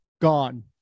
gone